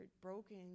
broken